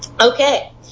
Okay